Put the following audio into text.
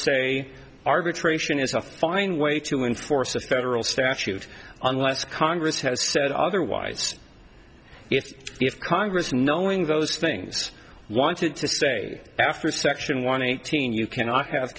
say arbitration is a fine way to enforce a federal statute unless congress has said otherwise if congress knowing those things wanted to say after section one eighteen you cannot have